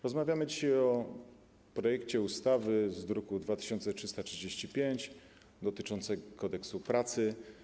Rozmawiamy dzisiaj o projekcie ustawy z druku nr 2335 dotyczącym Kodeksu pracy.